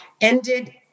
ended